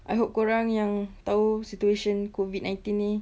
I hope kau orang yang tahu situation COVID nineteen ini